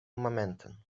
momenton